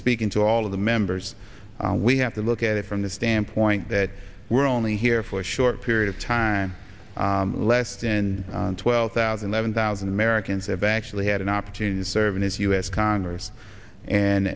speaking to all of the members we have to look at it from the standpoint that we're only here for a short period of time less than twelve thousand seven thousand americans have actually had an opportunity to serve in his u s congress and